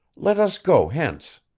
let us go hence